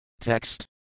Text